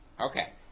Okay